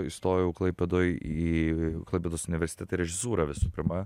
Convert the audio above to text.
įstojau klaipėdoj į klaipėdos universitete režisūrą visų pirma